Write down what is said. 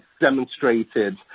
demonstrated